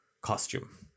costume